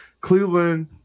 Cleveland